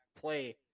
play